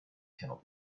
cannot